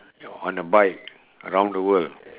on a bike around the world